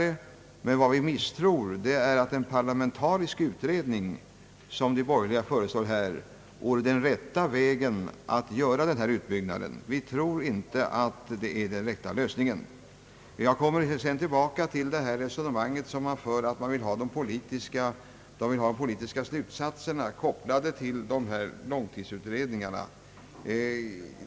Men vad vi misstror är att en parlamentarisk utredning — som de borgerliga föreslår. Vi tror inte detta vore den rätta vägen. Vi tror inte att det är den rätta lösningen. Jag återkommer till resonemanget om att man vill ha de politiska slutsatserna kopplade till långtidsutredningarna.